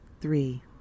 three